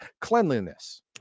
cleanliness